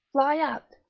fly out,